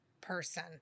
person